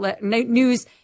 news